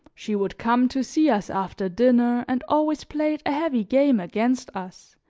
she would come to see us after dinner and always played a heavy game against us,